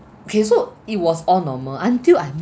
okay so it was all normal until I